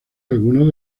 algunos